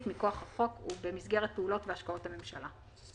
מכוח החוק ובמסגרת פעולות והשקעות הממשלה".